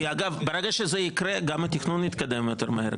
ואגב, ברגע שזה יקרה, גם התכנון יתקדם יותר מהר.